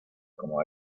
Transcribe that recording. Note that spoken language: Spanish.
como